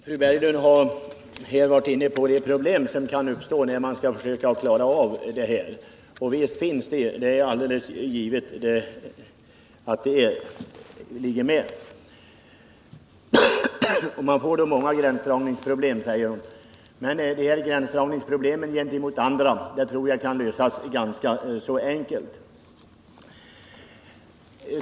Herr talman! Frida Berglund har varit inne på de problem som kan uppstå när man skall försöka klara det här. Och visst finns det problem, det är alldeles givet. Man får många gränsdragningsproblem, säger hon. Men dessa problem med gränsdragning gentemot andra tror jag kan lösas ganska enkelt.